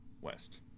west